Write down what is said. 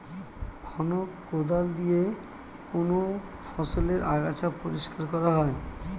খনক কোদাল দিয়ে কোন ফসলের আগাছা পরিষ্কার করা হয়?